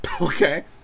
Okay